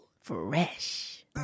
fresh